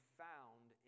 found